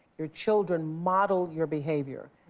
your children model your behavior.